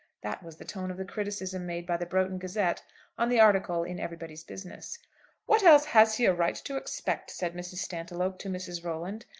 that was the tone of the criticism made by the broughton gazette on the article in everybody's business what else has he a right to expect? said mrs. stantiloup to mrs. rolland,